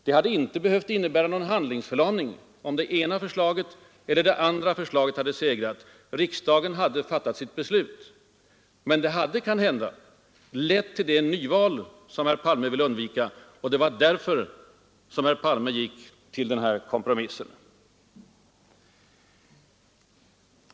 Det hade inte behövt innebära någon som helst handlingsförlamning, om det ena eller det andra förslaget hade segrat. Riksdagen hade fattat sitt beslut. Men det hade kanhända lett till det nyval som herr Palme vill undvika. Och det var därför som herr Palme gick med på kompromissen.